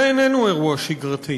זה איננו אירוע שגרתי,